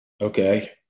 Okay